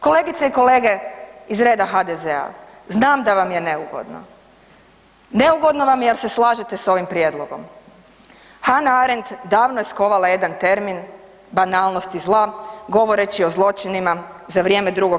Kolegice i kolege iz reda HDZ-a, znam da vam je neugodno, neugodno jer se slažete s ovim prijedlogom, Hannah Arendt davno je skovala jedan termin banalnosti zla govoreći o zločinima za vrijeme II.